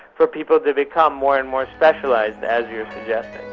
for people to become more and more specialised, as you're